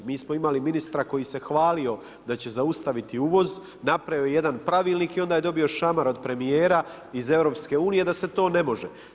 Mi smo imali ministra koji se hvalio da će zaustaviti uvoz, napravio jedan pravilnik i onda je dobio šamar od premijera iz EU da se to ne može.